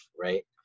Right